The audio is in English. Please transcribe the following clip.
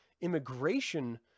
immigration